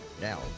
Now